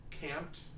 camped